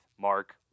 Mark